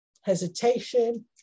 hesitation